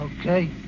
Okay